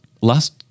Last